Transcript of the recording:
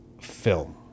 film